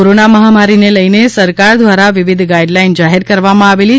corona મહામારીને લઈને સરકાર દ્વારા વિવિધ ગાઇડલાઇન જાહેર કરવામાં આવેલી છે